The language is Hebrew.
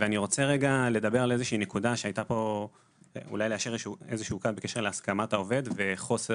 אני רוצה אולי ליישר קו בקשר להסכמת העובד וחוסר